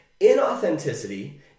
Inauthenticity